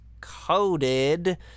Coded